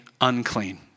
unclean